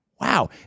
Wow